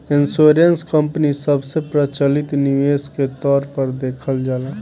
insurance company सबसे प्रचलित निवेश के तौर पर देखल जाला